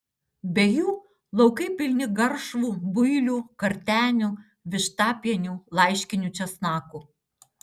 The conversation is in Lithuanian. be jų laukai pilni garšvų builių kartenių vištapienių laiškinių česnakų